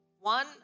one